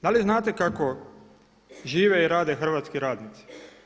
Da li znate kako žive i rade hrvatski radnici?